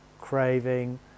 craving